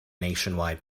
nationwide